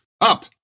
Up